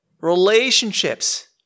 Relationships